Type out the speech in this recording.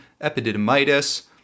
epididymitis